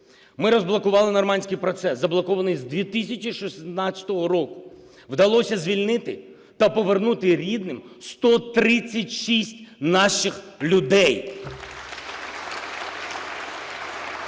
Ми розблокували нормандський процес, заблокований з 2016 року, вдалося звільнити та повернути рідним 136 наших людей.